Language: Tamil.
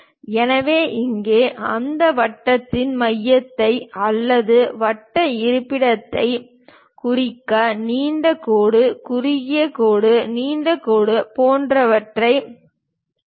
எனவே இங்கே அந்த வட்டத்தின் மையத்தை அல்லது வட்ட இருப்பிடத்தைக் குறிக்க நீண்ட கோடு குறுகிய கோடு நீண்ட கோடு போன்றவை உள்ளன